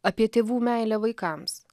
apie tėvų meilę vaikams